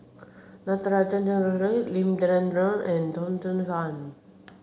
Natarajan Chandrasekaran Lim Denan Denon and Teo Soon Chuan